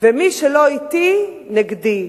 ומי שלא אתי, נגדי.